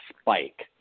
spike